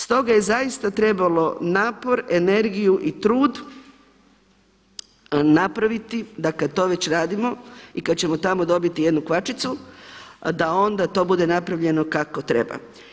Stoga je zaista trebalo napor, energiju i trud napraviti da kad to već radimo i kad ćemo tamo dobiti jednu kvačicu da onda to bude napravljeno kako treba.